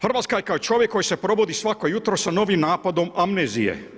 Hrvatska je kao čovjek koji se probudi svako jutro sa novim napadom amnezije.